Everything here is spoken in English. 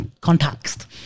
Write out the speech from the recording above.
context